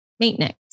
maintenance